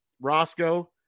Roscoe